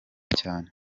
cyane